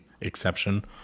exception